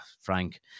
Frank